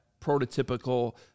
prototypical